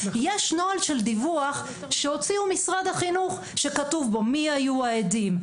יש נוהל של דיווח שהוציאו משרד החינוך שכתוב בו מי היו העדים.